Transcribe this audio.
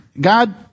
God